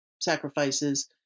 sacrifices